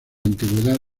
antigüedad